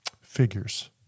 figures